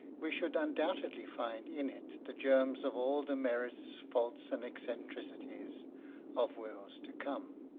we should undoubtedly find in it the germs of all the merits, faults, and eccentrici ties of wills to come.